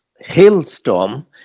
hailstorm